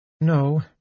No